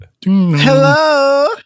Hello